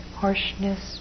harshness